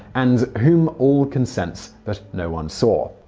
and whom all can sense but no one saw.